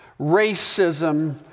racism